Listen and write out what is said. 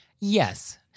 Yes